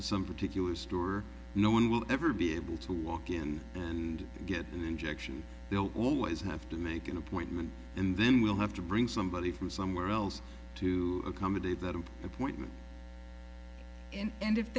some particular store no one will ever be able to walk in and get an injection they'll always have to make an appointment and then we'll have to bring somebody from somewhere else to accommodate that appointment in and if